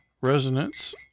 Resonance